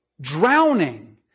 drowning